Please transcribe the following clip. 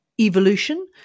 evolution